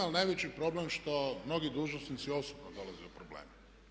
Ali najveći problem što mnogi dužnosnici osobno dolaze u probleme.